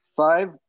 Five